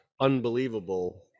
unbelievable